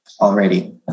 already